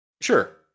Sure